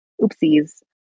oopsies